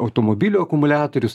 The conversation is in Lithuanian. automobilio akumuliatorius